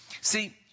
See